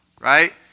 Right